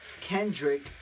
Kendrick